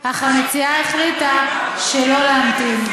אך המציעה החליטה שלא להמתין.